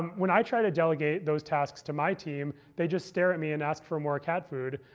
when i try to delegate those tasks to my team, they just stare at me and ask for more cat food,